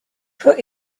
put